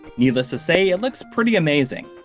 needless to say, it looks pretty amazing.